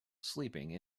sleeping